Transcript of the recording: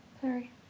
sorry